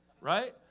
right